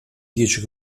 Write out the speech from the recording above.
dieci